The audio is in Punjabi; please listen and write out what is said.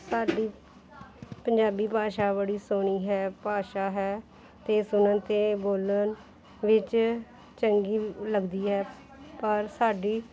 ਸਾਡੀ ਪੰਜਾਬੀ ਭਾਸ਼ਾ ਬੜੀ ਸੋਹਣੀ ਹੈ ਭਾਸ਼ਾ ਹੈ ਅਤੇ ਸੁਣਨ ਅਤੇ ਬੋਲਣ ਵਿੱਚ ਚੰਗੀ ਲੱਗਦੀ ਹੈ ਪਰ ਸਾਡੀ